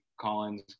Collins